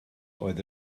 oedd